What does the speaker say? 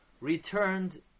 returned